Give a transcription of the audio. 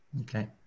okay